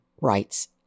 Rights